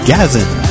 Gazin